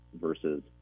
versus